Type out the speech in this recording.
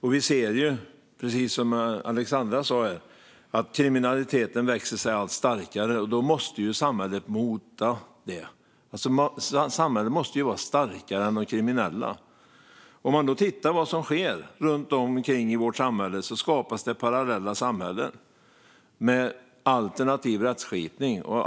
Precis som Alexandra Anstrell har sagt här har kriminaliteten vuxit sig allt starkare, och då måste samhället mota detta. Samhället måste vara starkare än de kriminella. Om man då tittar på vad som sker runt omkring i vårt samhälle ser man att det skapas parallella samhällen med alternativ rättskipning.